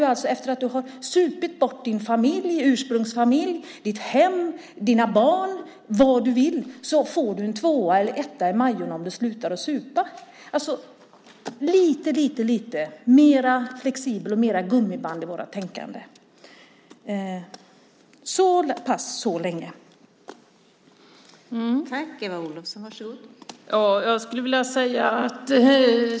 Efter det att man har supit bort sin ursprungsfamilj, sitt hem, sina barn och vad du vill så får man en etta eller en tvåa i Majorna om man slutar att supa. Lite mer flexibilitet och lite mer gummiband i vårt tänkande skulle jag vilja se.